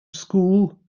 school